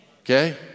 Okay